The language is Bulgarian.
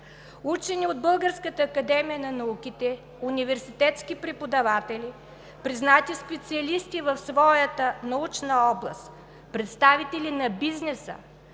Учени от Българската академия на науките, университетски преподаватели, признати специалисти в своята научна област, представители на бизнеса,